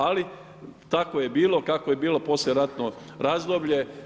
Ali tako je bilo kako je bilo, poslijeratno razdoblje.